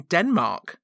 Denmark